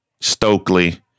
Stokely